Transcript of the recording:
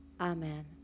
Amen